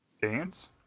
Dance